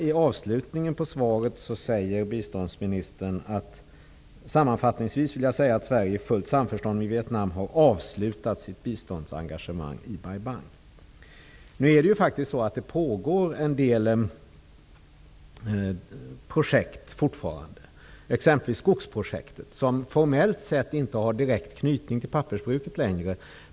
I avslutningen på svaret säger biståndsministern följande: ''Sammanfattningsvis vill jag säga att Sverige i fullt samförstånd med Vietnam har avslutat sitt biståndsengagemang i Bai Bang''. Det pågår ju faktiskt en del projekt fortfarande, exempelvis skogsprojektet. Det har formellt ingen direkt anknytning till pappersbruket längre.